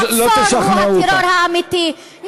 המצור הוא הטרור האמיתי.